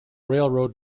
railroad